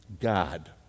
God